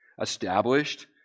established